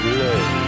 love